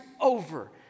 over